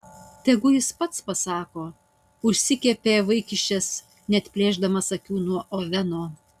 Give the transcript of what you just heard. tegu jis pats pasako užsikepė vaikiščias neatplėšdamas akių nuo oveno